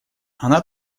она